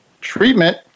Treatment